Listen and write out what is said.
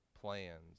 plans